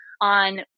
on